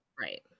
Right